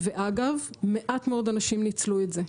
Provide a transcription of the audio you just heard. ואגב, מעט מאוד אנשים ניצלו את זה.